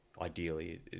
Ideally